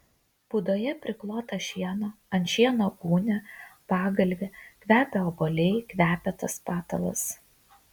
būdoje priklota šieno ant šieno gūnia pagalvė kvepia obuoliai kvepia tas patalas